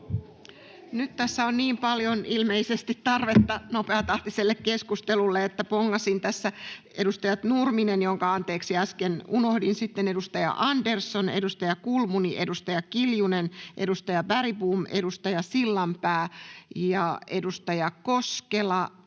Nyt tässä on paljon ilmeisesti tarvetta nopeatahtiselle keskustelulle. Bongasin tässä edustaja Nurmisen — jonka, anteeksi, äsken unohdin — ja sitten edustaja Anderssonin, edustaja Kulmunin, edustaja Kiljusen, edustaja Bergbomin, edustaja Sillanpään, edustaja Koskelan,